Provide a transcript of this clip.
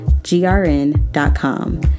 grn.com